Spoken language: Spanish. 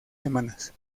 semanas